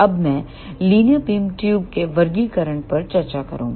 अब मैं linear beam ट्यूबों के वर्गीकरण पर चर्चा करूंगा